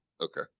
Okay